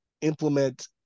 implement